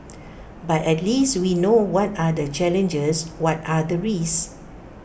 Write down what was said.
but at least we know what are the challenges what are the risks